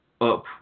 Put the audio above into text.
up